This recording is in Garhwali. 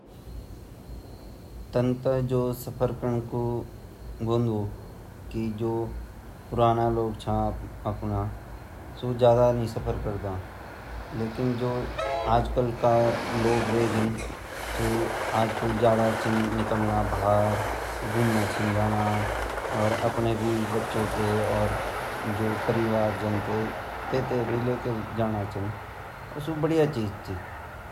जु आजा बच्चा छिन ऊ ज़्यादा सफर कन लगया छिन सफर काना जु पहला लवोग छिन ता ऊ कखि नि गया ता उते कनौलेदे ता छे ची उते पर समाजा बारा मा दुनिया बारा मा कुछ नी पता येसे हुमते हर सेहरो रीति रिवाज़ हर शहरों सब चीज़ पता चलन सफर कन से, सफर करिते हामुमा ज़रा विल पावर भी ए जांदी अर कखि भी जे सकन अर घर मा रेते हम इति नि कन सकन।